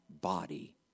body